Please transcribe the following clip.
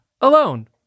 alone